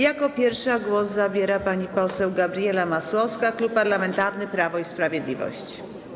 Jako pierwsza głos zabierze pani poseł Gabriela Masłowska, Klub Parlamentarny Prawo i Sprawiedliwość.